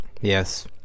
Yes